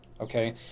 okay